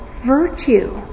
virtue